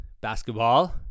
basketball